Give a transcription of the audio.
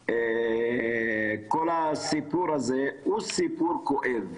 וכל הסיפור הזה הוא סיפור כואב.